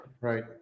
Right